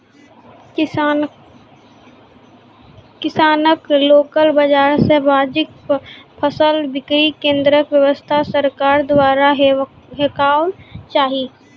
किसानक लोकल बाजार मे वाजिब फसलक बिक्री केन्द्रक व्यवस्था सरकारक द्वारा हेवाक चाही?